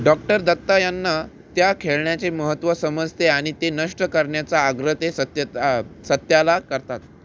doctor Datta यांना त्या खेळण्याचे महत्त्व समजते आणि ते नष्ट करण्याचा आग्रह ते सत्यता सत्याला करतात